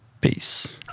Peace